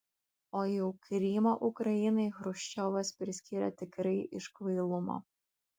o jau krymą ukrainai chruščiovas priskyrė tikrai iš kvailumo